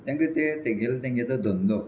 तांकां ते तेगेले तेंगेचो धंदो